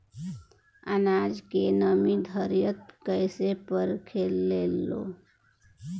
आनाज के नमी घरयीत कैसे परखे लालो?